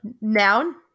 noun